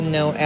no